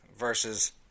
Versus